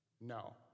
No